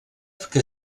que